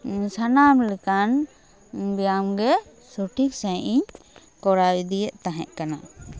ᱥᱟᱱᱟᱢ ᱞᱮᱠᱟᱱ ᱵᱮᱭᱟᱢ ᱜᱮ ᱥᱚᱴᱷᱤᱠ ᱥᱟᱹᱦᱤᱡ ᱤᱧ ᱠᱚᱨᱟᱣ ᱤᱫᱤᱭᱮᱫ ᱛᱟᱦᱮᱸ ᱠᱟᱱᱟ